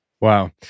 Wow